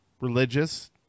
religious